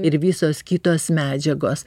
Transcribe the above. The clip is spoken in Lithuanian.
ir visos kitos medžiagos